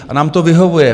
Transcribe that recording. A nám to vyhovuje.